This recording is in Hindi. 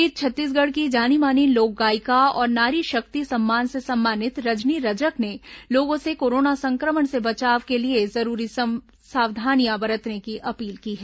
इस बीच छत्तीसगढ़ की जानी मानी लोकगायिका और नारी शक्ति सम्मान से सम्मानित रजनी रजक ने लोगों से कोरोना संक्रमण से बचाव के लिए जरूरी सावधानियां बरतने की अपील की है